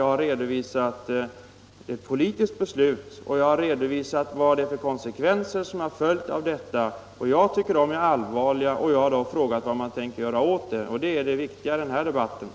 Jag tycker de är allvarliga och har då frågat vad man tänker göra åt dem. Det är det viktiga i den här debatten. Undertecknad anhåller härmed om ledighet från riksdagsarbetet på grund av enskilda angelägenheter under tiden den 1 april-den 15 maj 1975.